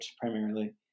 primarily